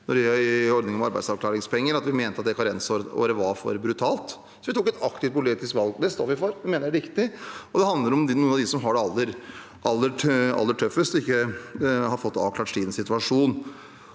ordningen for arbeidsavklaringspenger. Vi mente at det karensåret var for brutalt, så vi tok et aktivt politisk valg. Det står vi for og mener er viktig. Det handler om noen av dem som har det aller tøffest og ikke har fått avklart sin situasjon.